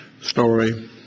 story